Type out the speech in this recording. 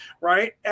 Right